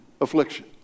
affliction